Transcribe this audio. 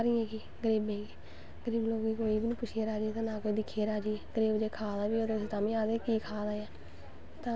ते एह् होंदा ऐ कि पैह्लैं बंदे गी शर्ट कट्टनीं होऐ ठीक ऐ पैह्लैं शर्ट सखांनीं नार्मल पैह्लैं सलवार कमीच सखांदे कि